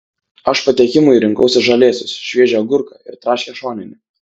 aš patiekimui rinkausi žalėsius šviežią agurką ir traškią šoninę